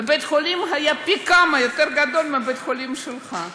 ובית-החולים היה פי-כמה יותר גדול מבית-החולים שלך.